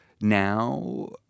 now